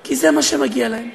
כי זה מה שמגיע להם.